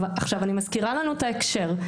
אני מזכירה את ההקשר: